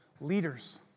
leaders